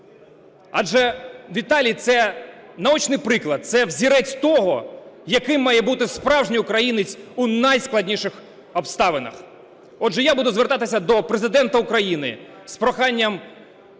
адже Віталій - це наочний приклад, це взірець того, яким має бути справжній українець у найскладніших обставинах. Отже, я буду звертатися до Президента України з проханням